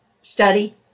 study